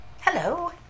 Hello